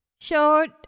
short